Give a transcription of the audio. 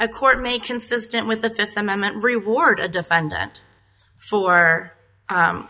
a court may consistent with the fifth amendment reward a defendant for